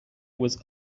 was